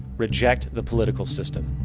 reject the political system.